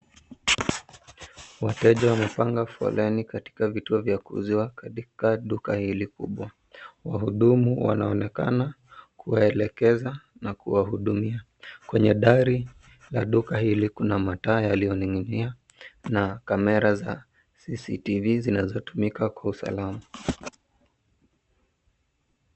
Wateja wamepanga foleni katika vituo vya kuuziwa katika duka hili kubwa. Wahudumu wanaonekana kuwaelekeza na kuwahudumia. Kwenye dari ya duka hili kuna mataa yaliyoning'inia na kamera za cctv zinazotumika kwa usalama.